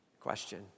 Question